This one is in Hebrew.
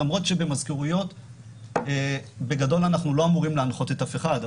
למרות שבמזכירויות בגדול אנחנו לא אמורים להנחות אף אחד,